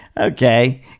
Okay